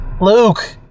Luke